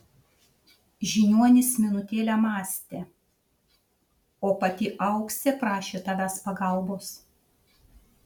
žiniuonis minutėlę mąstė o pati auksė prašė tavęs pagalbos